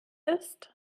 ist